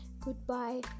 goodbye